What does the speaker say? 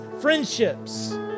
friendships